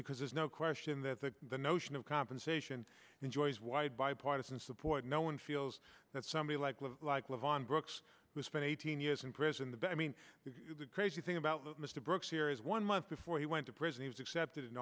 because there's no question that the notion of compensation enjoys wide bipartisan support no one feels that somebody like love like lavon brooks who spent eighteen years in prison the but i mean the crazy thing about mr brooks here is one month before he went to prison he was accepted in